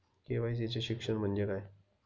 KYC चे शिक्षण म्हणजे काय?